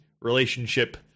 relationship